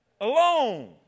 Alone